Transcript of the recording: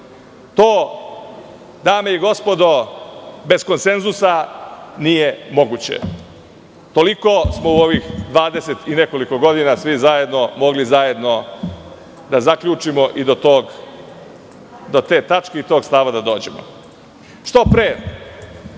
To, dame i gospodo, bez konsenzusa nije moguće. Toliko smo u ovih 20 i nekoliko godina svi zajedno mogli da zaključimo i do te tačke i tog stava da dođemo. Što pre